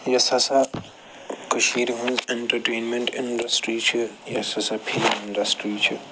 یۄس ہَسا کٔشیٖرِ ہٕنٛز اٮ۪نٛٹَٹینٛمٮ۪نٛٹ اِنٛڈسٹرٛی چھِ یۄس ہَسا فِلم اِنٛڈسٹری چھِ